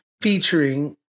featuring